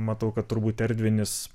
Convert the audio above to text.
matau kad turbūt erdvinis